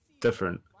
different